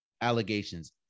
allegations